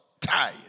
tired